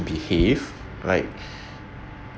behave like